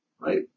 Right